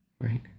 Right